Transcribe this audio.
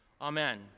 amen